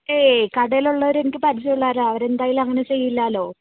ഏയ് കടയിലുള്ളവർ എനിക്ക് പരിചയമുള്ളവരാണ് അവർ എന്തായാലും അങ്ങനെ ചെയ്യില്ലല്ലോ